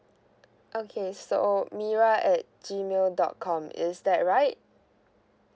okay so mira at G mail dot com is that right